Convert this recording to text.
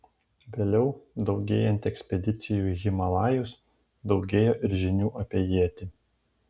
vėliau daugėjant ekspedicijų į himalajus daugėjo ir žinių apie jetį